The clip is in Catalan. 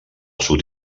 sud